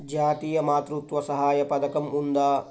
జాతీయ మాతృత్వ సహాయ పథకం ఉందా?